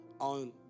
on